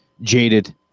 jaded